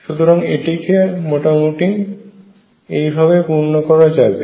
সুতরাং এটিকে মোটামুটি এইভাবে পূর্ণ করা যাবে